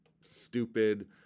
stupid